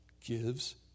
gives